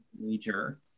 major